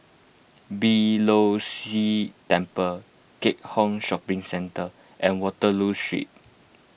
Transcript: Beeh Low See Temple Keat Hong Shopping Centre and Waterloo Street